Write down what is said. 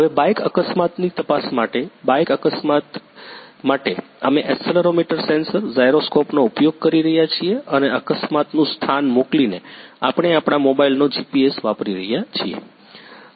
હવે બાઇક અકસ્માતની તપાસ માટે બાઇક અકસ્માત માટે અમે એક્સીલેરોમીટર સેન્સર જાયરોસ્કોપનો ઉપયોગ કરી રહ્યાં છીએ અને અકસ્માતનું સ્થાન મોકલીને આપણે આપણા મોબાઇલનો જીપીએસ વાપરી રહ્યા છીએ